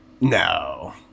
No